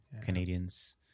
Canadians